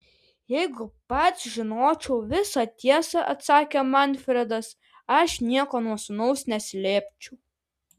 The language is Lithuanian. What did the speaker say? jeigu pats žinočiau visą tiesą atsakė manfredas aš nieko nuo sūnaus neslėpčiau